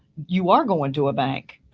you are going to a bank.